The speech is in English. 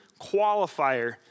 qualifier